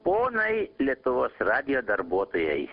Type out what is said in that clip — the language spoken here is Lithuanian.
ponai lietuvos radijo darbuotojai